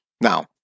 Now